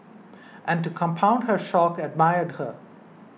and to compound her shock admired her